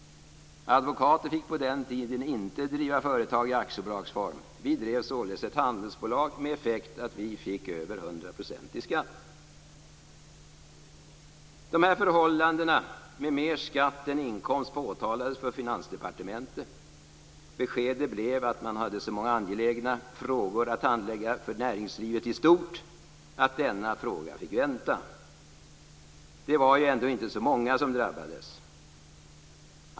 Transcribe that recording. Advokater fick på den tiden inte driva företag i aktiebolagsform. Vi drev således ett handelsbolag, med effekten att vi fick över 100 % i skatt. Dessa förhållanden med mer skatt än inkomst påtalades för Finansdepartementet. Beskedet blev då att man hade så många angelägna frågor att handlägga för näringslivet i stort att denna fråga fick vänta; det var ju ändå inte så många som drabbades.